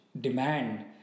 demand